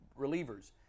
relievers